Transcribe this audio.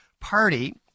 Party